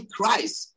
Christ